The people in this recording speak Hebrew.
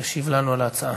ישיב לנו על ההצעה.